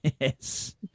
Yes